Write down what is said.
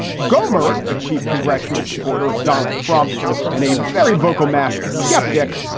gohmert, a chief congressional supporter of donald trump and a very vocal mask skeptic,